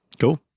Cool